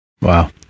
wow